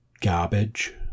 garbage